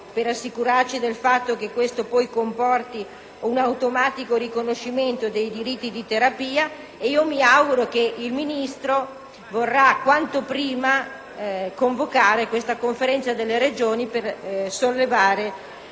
per rassicurarci del fatto che questo poi comporti un automatico riconoscimento dei diritti di terapia. Mi auguro che il Ministro vorrà quanto prima convocare la Conferenza Stato-Regioni per chiedere